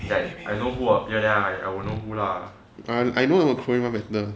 like I know who appear lah I will know who lah